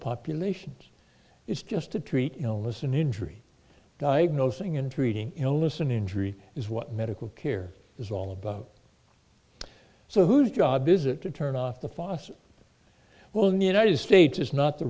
populations it's just to treat illness and injury diagnosing and treating illness an injury is what medical care is all about so whose job is it to turn off the faucet well in the united states is not the